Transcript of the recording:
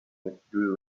withdrew